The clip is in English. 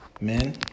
Men